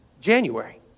January